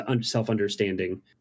self-understanding